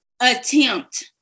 attempt